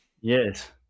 yes